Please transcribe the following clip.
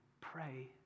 pray